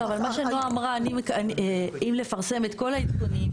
לא, אבל מה שנועה אמרה, אם לפרסם את כל העדכונים.